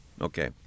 Okay